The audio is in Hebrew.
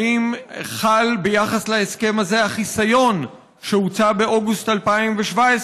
האם חל ביחס להסכם הזה החיסיון שהוצא באוגוסט 2017,